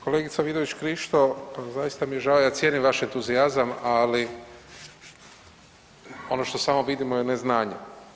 Kolegica Vidović Krišto pa zaista mi je žao, ja cijenim vaš entuzijazam ali ono što samo vidimo je neznanje.